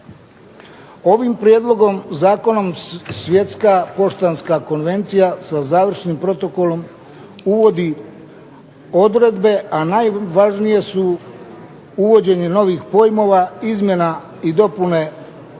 Ovim prijedlogom zakona Svjetska poštanska konvencija sa završnim protokolom uvodi odredbe, a najvažnije su uvođenje novih pojmova, izmjena i dopune